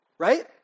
right